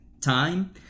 time